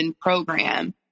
program